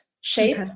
shape